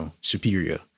superior